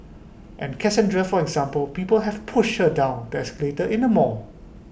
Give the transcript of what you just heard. and Cassandra for example people have pushed her down the escalator in the mall